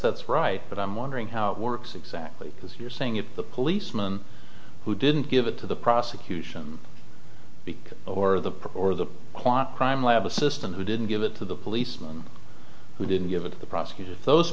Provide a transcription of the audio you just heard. that's right but i'm wondering how it works exactly as you're saying if the policeman who didn't give it to the prosecution because or the perp or the crime lab assistant who didn't give it to the policeman who didn't give it to the prosecutor those